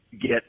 get